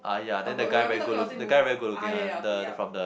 but are we talking on same movie ah ya ya okay yup